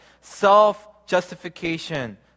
self-justification